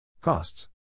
Costs